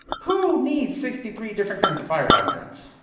who needs sixty three different kinds of fire hydrants,